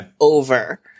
over